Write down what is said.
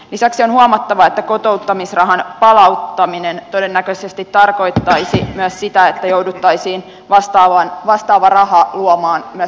lisäksi on huomattava että kotouttamisrahan palauttaminen todennäköisesti tarkoittaisi myös sitä että jouduttaisiin vastaava raha luomaan myös siviilipalvelusmiehille